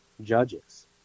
judges